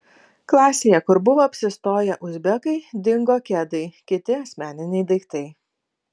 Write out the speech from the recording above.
klasėje kur buvo apsistoję uzbekai dingo kedai kiti asmeniniai daiktai